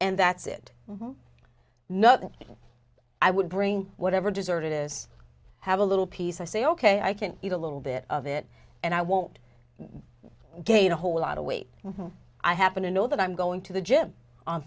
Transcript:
and that's it nothing i would bring whatever dessert it is have a little piece i say ok i can eat a little bit of it and i won't gain a whole lot of weight i happen to know that i'm going to the gym on